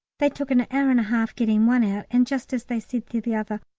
they took an hour and a half getting one out, and just as they said to the other,